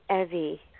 Evie